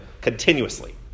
continuously